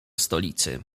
stolicy